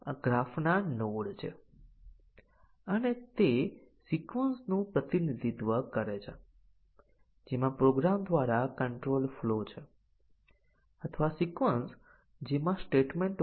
પરંતુ હું પૂછવા માંગું છું તે પ્રશ્ન એ છે કે શું basic condition coverage decision coverage ને ઘટાડે છે